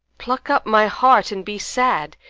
pluck up, my heart, and be sad!